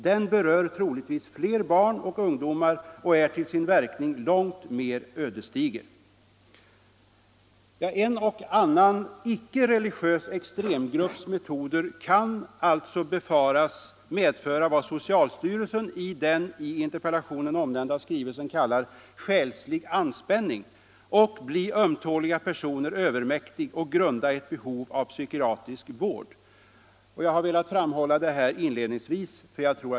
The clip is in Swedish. Den berör troligtvis fler barn och ungdomar och är till sin verkning långt mer ödesdiger.” En och annan icke religiös extremgrupps metoder kan alltså befaras medföra vad socialstyrelsen i den i interpellationen omnämnda skrivelsen kallar ”själslig anspänning” och ”bli ömtåliga personer övermäktig och grunda ett behov av psykiatrisk vård”. Detta kan vara motiverat att framhålla inledningsvis.